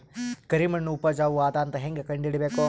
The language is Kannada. ಕರಿಮಣ್ಣು ಉಪಜಾವು ಅದ ಅಂತ ಹೇಂಗ ಕಂಡುಹಿಡಿಬೇಕು?